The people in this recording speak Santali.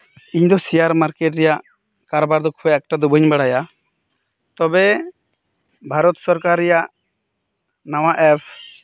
ᱤᱧ ᱫᱚ ᱥᱮᱭᱟᱨ ᱢᱟᱨᱠᱮᱴ ᱨᱮᱭᱟᱜ ᱠᱟᱨᱵᱟᱨ ᱫᱚ ᱠᱷᱩᱵ ᱮᱠᱴᱟ ᱫᱚ ᱵᱟᱹᱧ ᱵᱟᱲᱟᱭᱟ ᱛᱚᱵᱮ ᱵᱷᱟᱨᱚᱛ ᱥᱚᱨᱠᱟᱨ ᱨᱮᱭᱟᱜ ᱱᱟᱣᱟ ᱮᱯᱥ